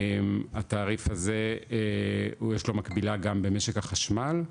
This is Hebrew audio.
התעריף הזה יש לו מקבילה גם במשק החשמל,